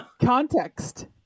context